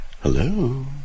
Hello